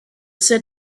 said